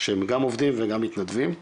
שהם גם עובדים וגם מתנדבים,